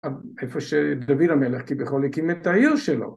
‫איפה שדוד המלך, ‫כביכול הקים את העיר שלו.